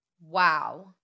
Wow